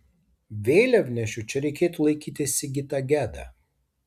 vėliavnešiu čia reikėtų laikyti sigitą gedą